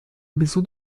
maison